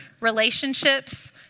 relationships